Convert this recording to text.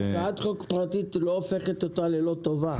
אם היא הצעת חוק פרטית זה לא הופך אותה ללא טובה.